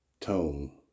Tone